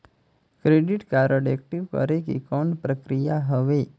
Credit card active करे के कौन प्रक्रिया हवे?